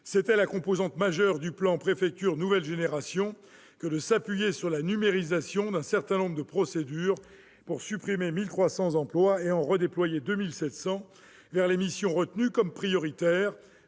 C'était la composante majeure du plan Préfectures nouvelle génération que de s'appuyer sur la numérisation d'un certain nombre de procédures pour supprimer 1 300 emplois et en redéployer 2 700 vers les missions retenues comme prioritaires